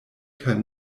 kaj